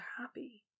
happy